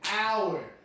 hour